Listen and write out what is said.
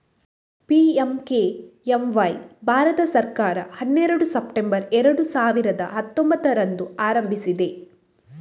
PMKMY ಭಾರತ ಸರ್ಕಾರ ಹನ್ನೆರಡು ಸೆಪ್ಟೆಂಬರ್ ಎರಡು ಸಾವಿರದ ಹತ್ತೊಂಭತ್ತರಂದು ಆರಂಭಿಸಿದೆ